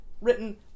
written